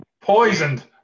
Poisoned